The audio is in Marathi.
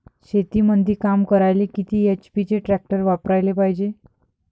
शेतीमंदी काम करायले किती एच.पी चे ट्रॅक्टर वापरायले पायजे?